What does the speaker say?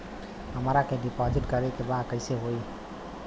हमरा के डिपाजिट करे के बा कईसे होई?